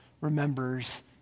remembers